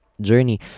journey